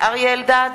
אריה אלדד,